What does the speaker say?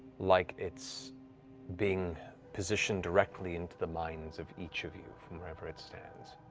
like it's being positioned directly into the minds of each of you from wherever it stands.